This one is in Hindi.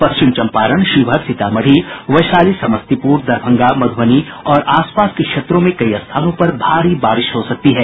पश्चिम चंपारण शिवहर सीतामढी वैशाली समस्तीपुर दरभंगा मध्बनी और आसपास के क्षेत्रों में कई स्थानों पर भारी बारिश भी हो सकती है